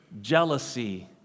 jealousy